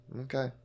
okay